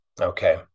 Okay